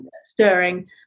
stirring